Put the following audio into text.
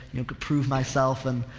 you know, to prove myself and,